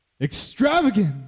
Extravagant